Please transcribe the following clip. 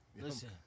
Listen